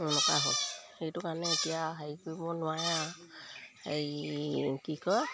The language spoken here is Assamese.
এনেকুৱা হ'ল সেইটো কাৰণে এতিয়া হেৰি কৰিব নোৱাৰে আৰু সেই কি কয়